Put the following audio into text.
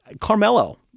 Carmelo